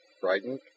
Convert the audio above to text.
frightened